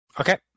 Okay